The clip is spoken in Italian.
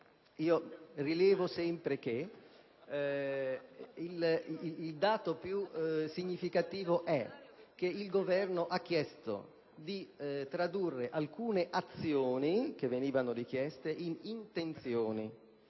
rilevo sempre che il dato più significativo è che il Governo ha chiesto di tradurre alcune azioni che venivano richieste in intenzioni.